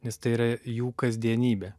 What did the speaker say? nes tai yra jų kasdienybė